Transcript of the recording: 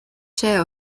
share